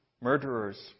murderers